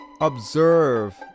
observe